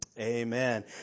amen